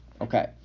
Okay